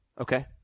Okay